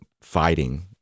fighting